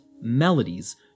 melodies